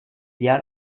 diğer